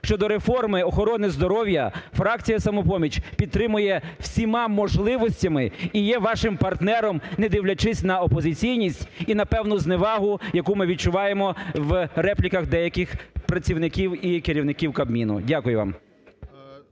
щодо реформи охорони здоров'я фракція "Самопоміч" підтримує всіма можливостями і є вашим партнером, не дивлячись на опозиційність і на певну зневагу, яку ми відчуваємо в репліках деяких працівників і керівників Кабміну. Дякую вам.